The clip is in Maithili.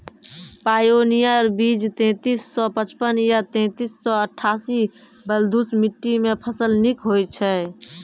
पायोनियर बीज तेंतीस सौ पचपन या तेंतीस सौ अट्ठासी बलधुस मिट्टी मे फसल निक होई छै?